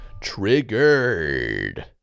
Triggered